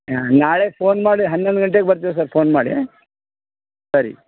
ಹಾಂ ನಾಳೆ ಫೋನ್ ಮಾಡಿ ಹನ್ನೊಂದು ಗಂಟೆಗೆ ಬರ್ತೀವಿ ಸರ್ ಫೋನ್ ಮಾಡಿ ಸರಿ